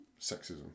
sexism